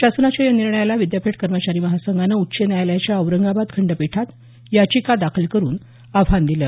शासनाच्या या निर्णयाला विद्यापीठ कर्मचारी महासंघानं उच्च न्यायालयाच्या औरंगाबाद खंडपीठात याचिका दाखल करून आव्हान दिलं